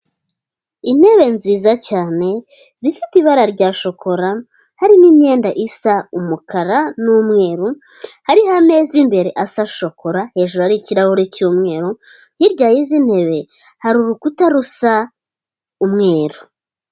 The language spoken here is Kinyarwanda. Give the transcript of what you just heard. Intebe nziza cyane zifite ibara rya shokora harimo imyenda isa umukara n'umweru, hariho ameza imbere asa shokora hejuru hari ikirahure cy'umweru, hirya y'izi ntebe hari urukuta rusa umweru.